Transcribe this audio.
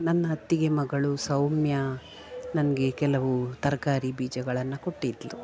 ನನ್ನ ಅತ್ತಿಗೆ ಮಗಳು ಸೌಮ್ಯಾ ನನಗೆ ಕೆಲವು ತರಕಾರಿ ಬೀಜಗಳನ್ನು ಕೊಟ್ಟಿದ್ಳು